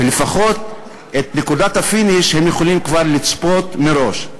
ולפחות את נקודת הפיניש שהם יכולים כבר לצפות מראש.